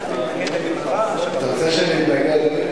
רוצה שאני אתנגד?